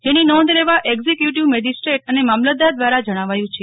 જેની નોંધ લેવા એકિઝકયુટિવ મેજિસ્ટ્રેટ અને મામલતદાર દ્વારા જણાવાયું છે